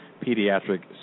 pediatric